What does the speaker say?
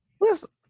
Listen